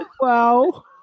wow